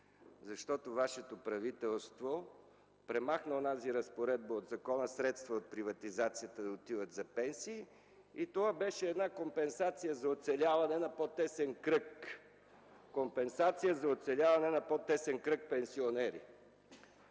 пенсии. Вашето правителство премахна една разпоредба от закон, средства от приватизацията да отиват за пенсии. Това беше една компенсация за оцеляване на по-тесен кръг хора, компенсация за оцеляване на по-тесен кръг пенсионери